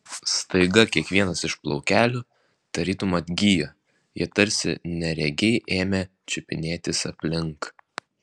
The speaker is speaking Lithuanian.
staiga kiekvienas iš plaukelių tarytum atgijo jie tarsi neregiai ėmė čiupinėtis aplink